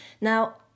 Now